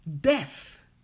death